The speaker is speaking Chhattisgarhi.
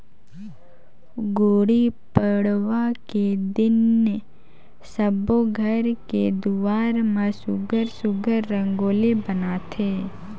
गुड़ी पड़वा के दिन सब्बो घर के दुवार म सुग्घर सुघ्घर रंगोली बनाथे